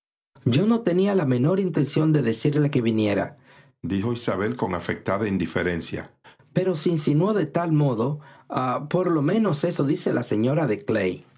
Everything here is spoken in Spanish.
yo no tenía la menor intención de decirle que vinieradijo isabel con afectada indiferencia pero se insinuó de tal modo por lo menos eso dice la señora de